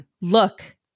look